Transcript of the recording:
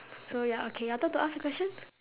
so ya okay your turn to ask a question